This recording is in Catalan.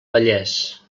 vallès